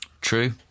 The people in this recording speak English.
True